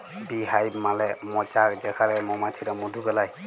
bee hive মালে মচাক যেখালে মমাছিরা মধু বেলায়